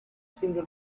single